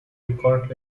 record